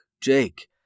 Jake